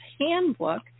handbook